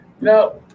No